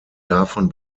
davon